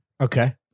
okay